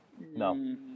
No